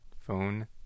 Phone